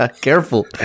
Careful